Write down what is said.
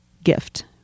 gift